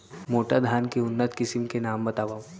मोटा धान के उन्नत किसिम के नाम बतावव?